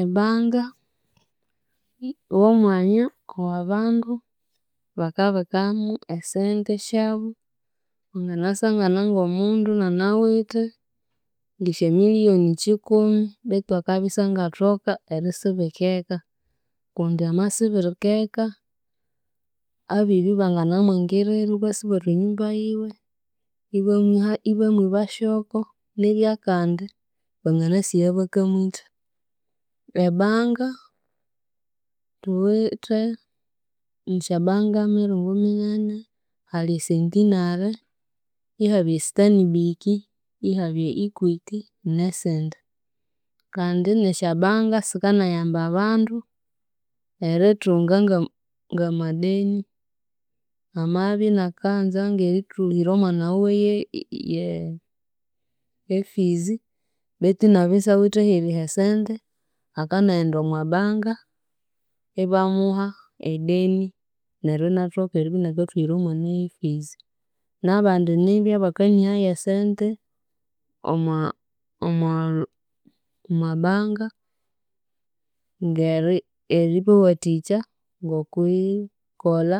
E banka w'omwanya ow'abandu bakabikamu esente syabu, wanganasangana ng'omundu inanawithe ng'esya milion kikumi betu akabya isyangathoka erisibika eka kundi amasibika eka abibi banganamwingirira ibasa ibathwa enyumba yiwe ibamwiba sy'oko, nibya kandi banganasigha bakamwitha, e banka thuwithe, nisyabanka miringo minene; hali e centenery, ihabya e stanbic, ihabya equity, n'esindi, kandi n'esyabanka sikanayamba abandu erithunga ng'ama ng'ama deni, amabya inakanza ng'erithuhira omwana wiwe y'e e y'ee e efees, betu inabya isawithe aheriha esente, akanaghenda omwa banka, ibamuha e deni neryo inathoka eribya inakathuhira omwana y'e fees, n'abandi nibya bakaniha y'esente omwa omwa omwa banka ng'eri eribawathikya ng'okwii kola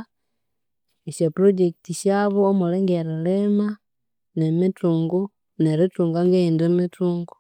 esya project syabu, omuli ng'erilima n'emithungu, n'erithunga ng'eyindi mithungu.